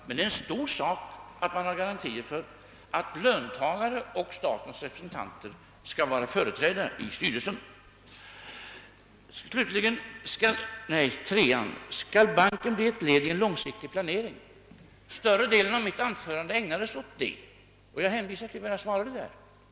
Det är dock en stor sak att det finns garantier för att löntagarna och staten skall vara företrädda i styrelsen. Den tredje frågan var: Skall banken bli ett led i en långsiktig planering? Större delen av mitt anförande ägnade jag åt denna fråga. Jag hänvisar till vad jag där svarade.